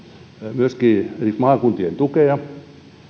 myöskin esimerkiksi maakuntien tukea